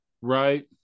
Right